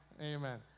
amen